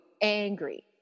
angry